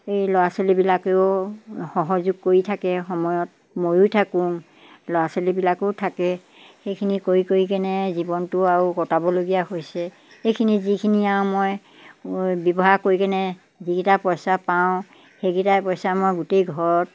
এই ল'ৰা ছোৱালীবিলাকেও সহযোগ কৰি থাকে সময়ত ময়ো থাকোঁ ল'ৰা ছোৱালীবিলাকো থাকে সেইখিনি কৰি কৰি কিনে জীৱনটো আৰু কটাবলগীয়া হৈছে সেইখিনি যিখিনি আৰু মই ব্যৱহাৰ কৰি কেনে যিকেইটা পইচা পাওঁ সেইকেইটা পইচা মই গোটেই ঘৰত